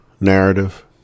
narrative